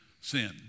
sin